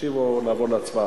להשיב או לעבור להצבעה?